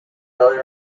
build